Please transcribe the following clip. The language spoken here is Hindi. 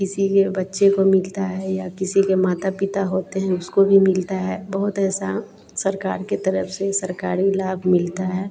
किसी के बच्चे को मिलता है या किसी के माता पिता होते हैं उसको भी मिलता है बहुत ऐसा सरकार की तरफ से सरकारी लाभ मिलता है